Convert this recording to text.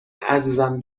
عزیزم